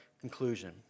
conclusion